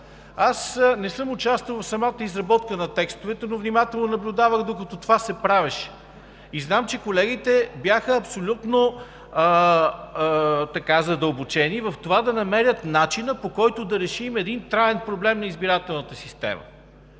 Аз не съм участвал в самата изработка на текстовете, но внимателно наблюдавах, докато това се правеше. Знам, че колегите бяха абсолютно задълбочени в това да намерят начина, по който да решим един траен проблем на избирателната система.